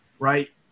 Right